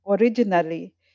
originally